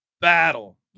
battle